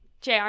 jr